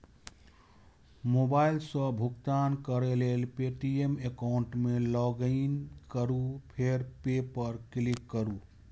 mobile सं भुगतान करै लेल पे.टी.एम एकाउंट मे लॉगइन करू फेर पे पर क्लिक करू